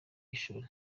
y’ishuri